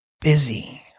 busy